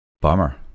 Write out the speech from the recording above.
bummer